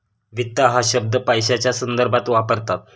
वित्त हा शब्द पैशाच्या संदर्भात वापरतात